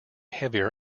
heavier